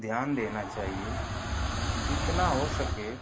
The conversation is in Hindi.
ध्यान देना चाहिये जितना हो सके